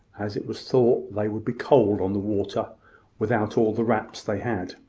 as it was thought they would be cold on the water without all the wraps they had.